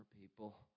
people